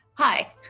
Hi